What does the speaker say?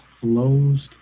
closed